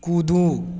कूदू